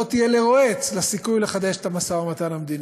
תהיה לרועץ לסיכוי לחדש את המשא-ומתן המדיני,